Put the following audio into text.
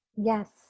Yes